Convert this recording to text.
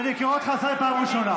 איפה התקשורת?